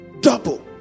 double